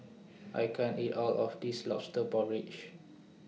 I can't eat All of This Lobster Porridge